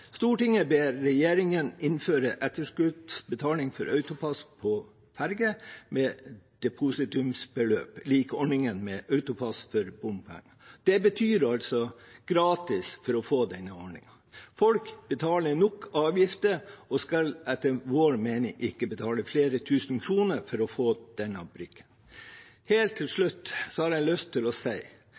ber regjeringen innføre etterskuddsbetaling for AutoPASS på ferge, med et depositumsbeløp, lik ordningen med AutoPASS for bompenger.» Det betyr altså gratis, for å få denne ordningen. Folk betaler nok avgifter og skal etter vår mening ikke betale flere tusen kroner for å få denne brikken. Helt til slutt har jeg lyst til å si